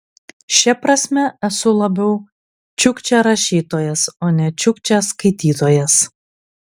šia prasme esu labiau čiukčia rašytojas o ne čiukčia skaitytojas